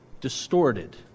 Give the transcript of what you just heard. distorted